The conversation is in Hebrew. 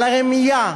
על הרמייה,